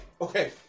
okay